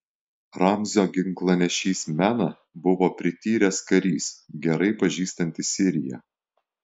ramzio ginklanešys mena buvo prityręs karys gerai pažįstantis siriją